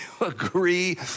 agree